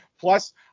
Plus